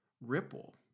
Ripple